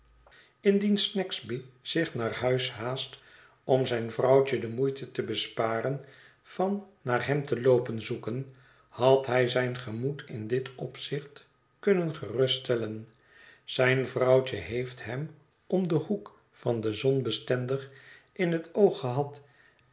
indien snagsby zich naar huis haast om zijn vrouwtje de moeite te besparen van naar hem te loopen zoeken had hij zijn gemoed in dit opzicht kunnen geruststellen zijn vrouwtje heeft hem om den hoek van de zon bestendig in het oog gehad